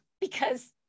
because-